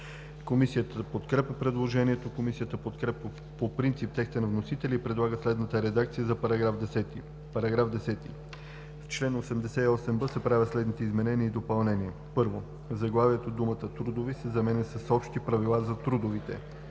Комисията подкрепя предложението. Комисията подкрепя по принцип текста на вносителя и предлага следната редакция на § 10: „§ 10. В чл. 88б се правят следните изменения и допълнения: 1. В заглавието думата „Трудови“ се заменя с „Общи правила за трудовите“.